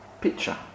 picture